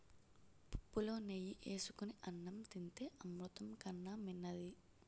పుప్పులో నెయ్యి ఏసుకొని అన్నం తింతే అమృతం కన్నా మిన్నది